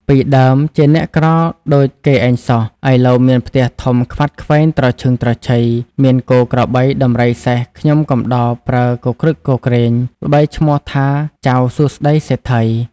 ពីដើម ជាអ្នកក្រដូចគេឯងសោះ ឥឡូវមានផ្ទះធំខ្វាត់ខ្វែងត្រឈឹងត្រឈៃ មានគោក្របី ដំរី សេះ ខ្ញុំកំដរប្រើគគ្រឹកគគ្រេង ល្បីឈ្មោះថា ចៅសួស្ដិ៍សេដ្ឋី។